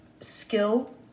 skill